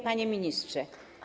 Panie Ministrze!